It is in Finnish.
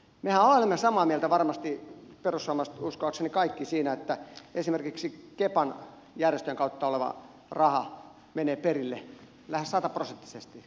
mehän olemme varmasti samaa mieltä perussuomalaiset uskoakseni kaikki siinä että esimerkiksi kepan järjestöjen kautta oleva raha menee perille lähes sataprosenttisesti